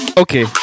Okay